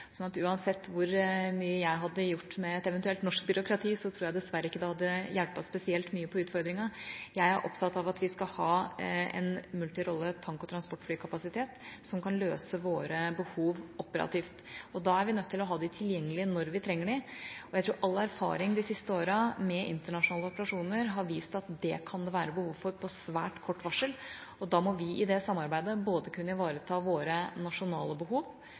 at uansett hvor mye jeg hadde gjort med et eventuelt norsk byråkrati, tror jeg det dessverre ikke hadde hjulpet spesielt mye på utfordringa. Jeg er opptatt av at vi skal ha en multirolle tank- og transportflykapasitet som kan løse våre behov operativt, og da er vi nødt til å ha dem tilgjengelige når vi trenger dem. Jeg tror all erfaring med internasjonale operasjoner de siste årene har vist at det kan det være behov for på svært kort varsel, og da må vi i det samarbeidet både kunne ivareta våre nasjonale behov,